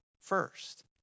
first